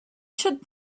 should